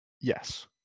Yes